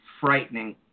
frightening